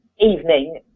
evening